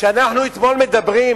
כשאנחנו דיברנו